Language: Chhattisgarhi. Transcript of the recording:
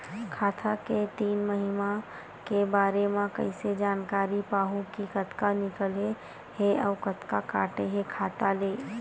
खाता के तीन महिना के बारे मा कइसे जानकारी पाहूं कि कतका निकले हे अउ कतका काटे हे खाता ले?